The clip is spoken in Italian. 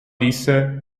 disse